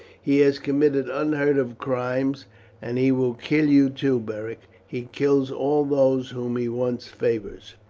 he has committed unheard of crimes and he will kill you, too, beric. he kills all those whom he once favours.